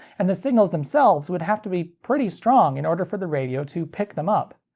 and the signals themselves would have to be pretty strong in order for the radio to pick them up.